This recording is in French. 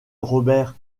robert